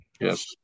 yes